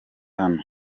hano